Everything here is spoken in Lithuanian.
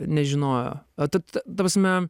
nežinojo ta t ta prasme